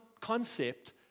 concept